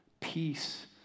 Peace